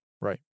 Right